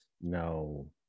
No